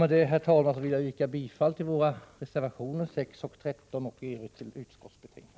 Med detta ber jag att få yrka bifall till våra reservationer 6 och 13 och i övrigt till utskottets hemställan.